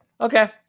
Okay